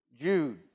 Jude